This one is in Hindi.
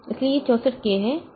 इसलिए यह 64 K है यह 64 के समान है